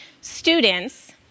students